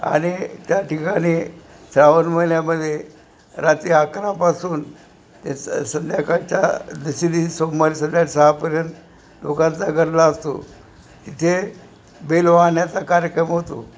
आणि त्या ठिकाणी श्रावण महिन्यामध्ये रात्री अकरापासून ते स संध्याकाळच्या सोमवारी संध्याकाळी सहापर्यंत लोकांचा गल्ला असतो तिथे बेल वाहण्याचा कार्यक्रम होतो